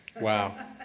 Wow